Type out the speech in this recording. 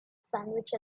sandwich